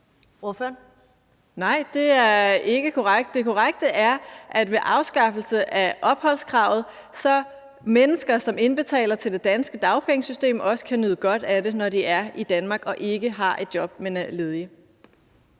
Nej, det er ikke korrekt. Det korrekte er, at ved afskaffelse af opholdskravet kan mennesker, som indbetaler til det danske dagpengesystem, også nyde godt af det, når de er i Danmark og ikke har et job, men er ledige.